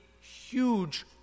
huge